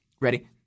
Ready